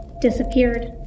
disappeared